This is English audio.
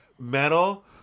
metal